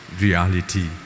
reality